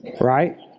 right